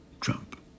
Trump